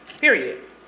Period